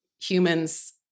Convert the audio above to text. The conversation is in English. humans